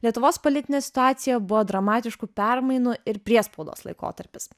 lietuvos politinė situacija buvo dramatiškų permainų ir priespaudos laikotarpis